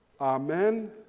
Amen